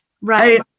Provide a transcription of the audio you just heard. Right